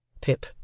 PIP